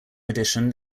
edition